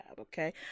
Okay